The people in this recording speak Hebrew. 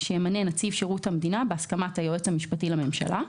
שימנה נציב שירות המדינה בהסכמת היועץ המשפטי לממשלה.